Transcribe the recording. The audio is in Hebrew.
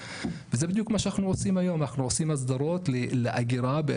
אנחנו עושים אזהרות ייעודיות לעניין הזה,